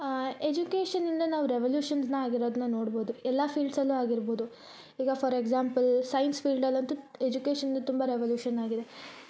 ಎಜುಕೇಶನ್ಯಿಂದ ನಾವು ರೆವೆಲ್ಯುಷನ್ ಆಗಿರೋದ್ನ ನಾವು ನೋಡ್ಬೋದು ಎಲ್ಲ ಫೀಲ್ಡ್ಸ್ ಅಲ್ಲು ಆಗಿರ್ಬೋದು ಈಗ ಫಾರ್ ಎಗ್ಸಾಂಪಲ್ ಸೈನ್ಸ್ ಫೀಲ್ಡಲ್ಲಿ ಅಂತು ಎಜುಕೇಶನ್ ತುಂಬ ರೆವೆಲ್ಯೂಶನ್ ಆಗಿದೆ